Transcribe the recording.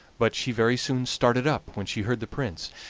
but she very soon started up when she heard the prince,